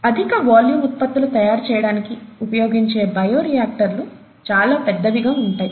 అధిక వాల్యూం ఉత్పత్తులు తయారు చేయటానికి ఉపయోగించే బయో రియాక్టర్లు చాలా పెద్దవిగా ఉంటాయి